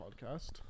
podcast